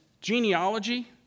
genealogy